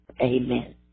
Amen